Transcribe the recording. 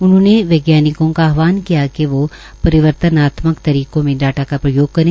उन्होंने वैज्ञानिकों का आहवान किया कि वोह परिवर्तनात्मक तरीकों में डाटा का प्रयोग करे